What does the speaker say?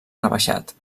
rebaixat